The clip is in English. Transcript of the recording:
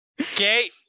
Okay